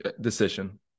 decision